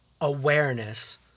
awareness